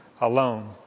alone